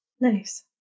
Nice